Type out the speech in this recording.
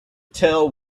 tell